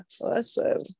Awesome